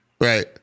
Right